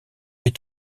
est